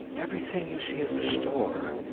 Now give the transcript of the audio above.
everything you see at the store,